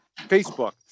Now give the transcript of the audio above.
Facebook